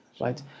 right